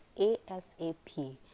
ASAP